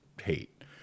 hate